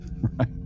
right